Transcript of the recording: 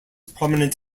prominent